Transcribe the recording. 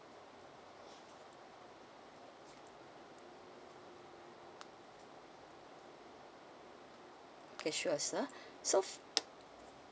okay sure sir so